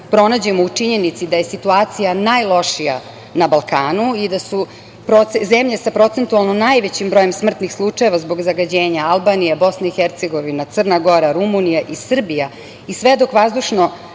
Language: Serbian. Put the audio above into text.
pronađemo u činjenici da je situacija najlošija na Balkanu i da su zemlje sa procentualno najvećim brojem smrtnih slučajeva zbog zagađenja Albanija, BiH, Crna Gora, Rumunija i Srbija i sve dok vazdušno